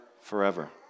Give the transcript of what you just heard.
forever